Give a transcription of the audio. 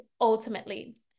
ultimately